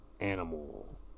animal